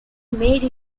made